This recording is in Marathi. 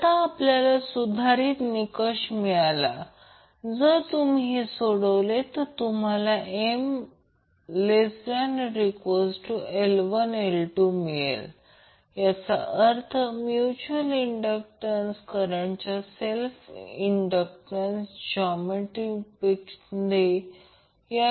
आता पुन्हा जर समीकरण 1 RL साठी इतर क्वांटीटीजमध्ये सोडवले तर आपण जे करत आहोत ते प्रत्येक व्हेरिएबल आहे जे आपण इतरांच्या दृष्टीने शोधण्याचा प्रयत्न करीत आहोत